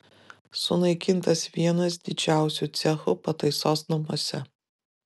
sunaikintas vienas didžiausių cechų pataisos namuose